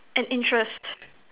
and interest